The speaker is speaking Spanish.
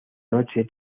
noche